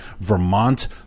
Vermont